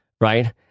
right